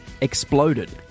exploded